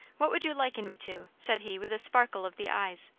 what would you liken me to? said he with a sparkle of the eyes,